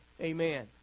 Amen